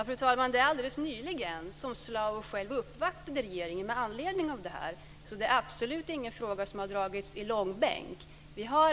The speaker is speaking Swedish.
Fru talman! Det är alldeles nyligen som SLAO uppvaktade regeringen med anledning av det här, så det är absolut ingen fråga som har dragits i långbänk.